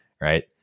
Right